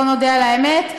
בוא נודה על האמת.